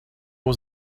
was